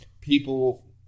people